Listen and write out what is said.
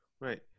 Right